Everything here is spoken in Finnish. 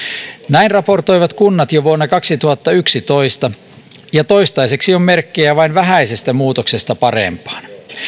näin raportoivat kunnat jo vuonna kaksituhattayksitoista ja toistaiseksi on merkkejä vain vähäisestä muutoksesta parempaan